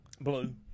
Blue